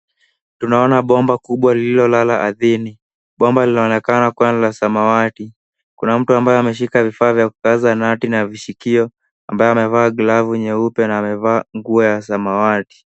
Tunaona bomba kubwa lililolala ardhini. Bomba linaonekana kuwa ni la samawati. Kuna mtu ambaye ameshika vifaa vya kukaza nati na vishikio, ambaye amevaa glavu nyeupe na nguo ya samawati.